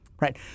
right